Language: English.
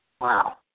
Wow